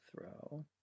throw